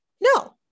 no